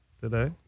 today